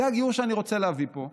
זה הגיור שאני רוצה להביא פה,